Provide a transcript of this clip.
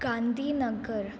Gandhinagar